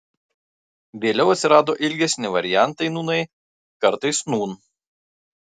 vėliau atsirado ilgesni variantai nūnai kartais nūn